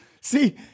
See